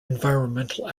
environmental